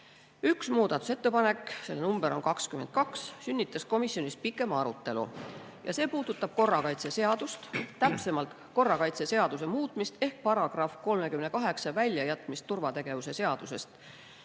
muudatusettepanek, selle number on 22, sünnitas komisjonis pikema arutelu. See puudutab korrakaitseseadust, täpsemalt korrakaitseseaduse muutmist ehk § 38 väljajätmist turvategevuse seaduse